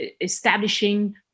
establishing